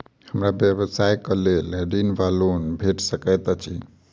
हमरा व्यवसाय कऽ लेल ऋण वा लोन भेट सकैत अछि?